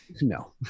No